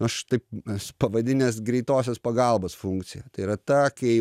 aš taip esu pavadinęs greitosios pagalbos funkciją tai yra ta kai